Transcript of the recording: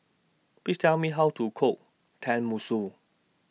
Please Tell Me How to Cook Tenmusu